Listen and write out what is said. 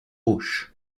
auch